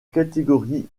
catégorie